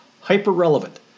hyper-relevant